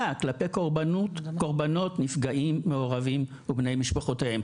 כלפי קורבנות נפגעים מעורבים ובני משפחותיהם.